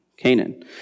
Canaan